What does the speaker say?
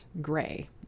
gray